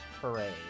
parade